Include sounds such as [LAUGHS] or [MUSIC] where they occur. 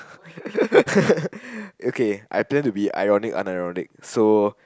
[LAUGHS] okay I plan to be ironic unironic so